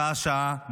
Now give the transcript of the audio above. שעה-שעה,